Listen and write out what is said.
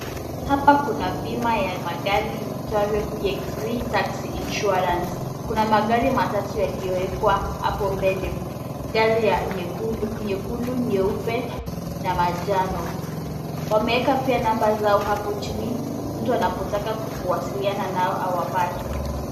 Hapa kuna bima ya magari iitwayo PSV Taxi Insurance .Kuna magari matatu yaliyowekwa hapo mbele. Gari ya nyekundu nyeupe na majano. Wameweka pia namba zao hapo chini, mtu anapotaka kukuwasiliana nao awapate.